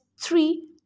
three